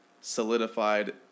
solidified